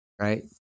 right